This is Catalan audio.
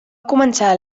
començar